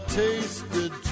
tasted